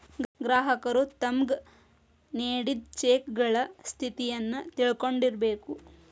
ಗ್ರಾಹಕರು ತಮ್ಗ್ ನೇಡಿದ್ ಚೆಕಗಳ ಸ್ಥಿತಿಯನ್ನು ತಿಳಕೊಂಡಿರ್ಬೇಕು